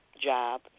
job